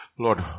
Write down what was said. Lord